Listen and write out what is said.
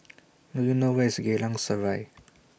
Do YOU know Where IS Geylang Serai